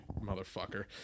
motherfucker